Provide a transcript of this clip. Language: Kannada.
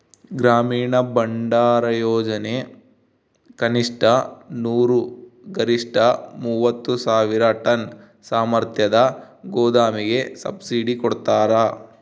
ಗ್ರಾಮೀಣ ಭಂಡಾರಯೋಜನೆ ಕನಿಷ್ಠ ನೂರು ಗರಿಷ್ಠ ಮೂವತ್ತು ಸಾವಿರ ಟನ್ ಸಾಮರ್ಥ್ಯದ ಗೋದಾಮಿಗೆ ಸಬ್ಸಿಡಿ ಕೊಡ್ತಾರ